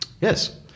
Yes